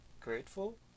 grateful